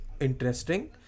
interesting